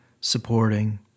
supporting